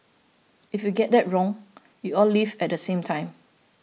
if you get that wrong they all leave at the same time